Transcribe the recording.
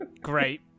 Great